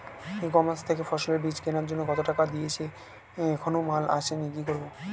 ই commerce থেকে ফসলের বীজ কেনার জন্য টাকা দিয়ে দিয়েছি এখনো মাল আসেনি কি করব?